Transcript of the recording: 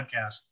podcast